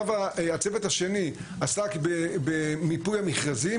הצוות השני עסק במיפוי המכרזים,